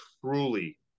truly